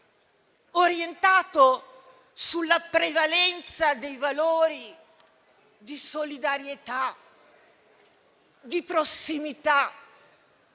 orientato alla prevalenza dei valori di solidarietà, di prossimità,